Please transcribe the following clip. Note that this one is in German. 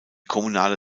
kommunale